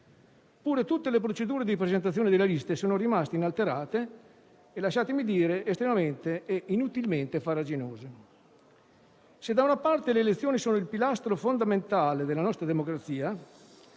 modo, tutte le procedure di presentazione delle liste sono rimaste inalterate e - lasciatemi dire - estremamente e inutilmente farraginose. Se, da una parte, le elezioni sono il pilastro fondamentale della nostra democrazia,